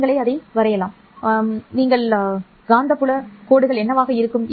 நீங்களே அதைப் பெறலாம் மற்றும் நீங்கள் சதி செய்தால் காந்தப்புலக் கோடுகள் என்னவாக இருக்கும்